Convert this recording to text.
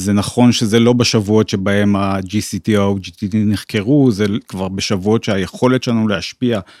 זה נכון שזה לא בשבועות שבהם ה-GCT נחקרו זה כבר בשבועות שהיכולת שלנו להשפיע.